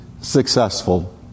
successful